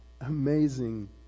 amazing